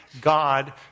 God